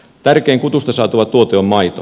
tärkein kutusta saatava tuote on maito